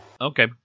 Okay